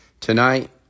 Tonight